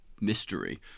mystery